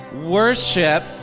worship